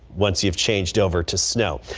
once you've changed over to snow.